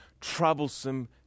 troublesome